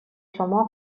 شما